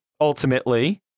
ultimately